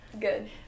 good